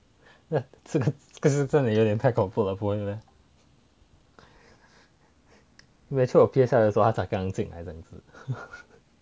那这个这个真的有点太恐怖了不会 meh 每次我 P_S_L_E 她才刚进来